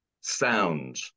sound